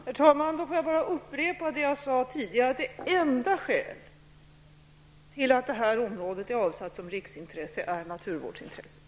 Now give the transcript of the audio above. Herr talman! Jag upprepar det jag har sagt tidigare. Det enda skälet till att området är avsatt som riksintresse är naturvårdsintresset.